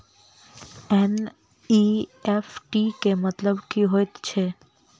NEFT केँ मतलब की हएत छै?